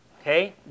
Okay